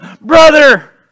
Brother